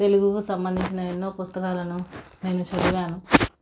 తెలుగుకు సంబంధించిన ఎన్నో పుస్తకాలను నేను చదివాను